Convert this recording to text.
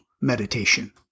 meditation